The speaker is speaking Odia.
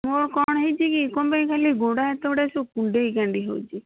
ମୋର କ'ଣ ହେଇଛିକି କ'ଣ ପାଇଁ ଖାଲି ଗୋଡ଼ ହାତ ଗୁଡ଼ା ସବୁ କୁଣ୍ଡେଇ କାଣ୍ଡେଇ ହେଉଛି